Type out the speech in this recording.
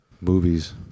Movies